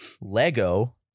Lego